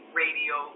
radio